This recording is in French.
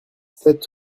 sept